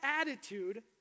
attitude